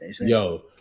Yo